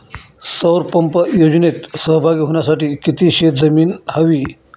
सौर पंप योजनेत सहभागी होण्यासाठी किती शेत जमीन हवी?